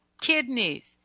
kidneys